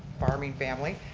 farming family,